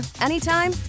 anytime